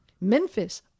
Memphis